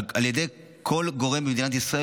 על ידי כל גורם במדינת ישראל,